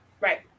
right